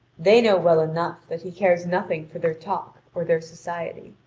they know well enough that he cares nothing for their talk or their society.